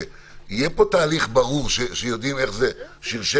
שיהיה פה תהליך ברור שיודעים איך זה שרשר